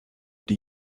die